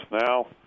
now